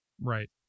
Right